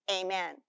Amen